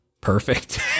perfect